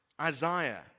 Isaiah